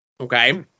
Okay